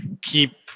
keep